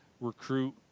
recruit